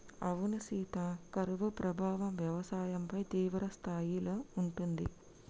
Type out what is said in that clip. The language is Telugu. అవునా సీత కరువు ప్రభావం వ్యవసాయంపై తీవ్రస్థాయిలో ఉంటుంది